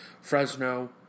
Fresno